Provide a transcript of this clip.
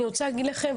אני רוצה להגיד לכם,